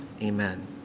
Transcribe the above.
amen